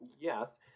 yes